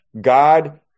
God